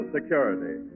Security